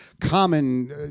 common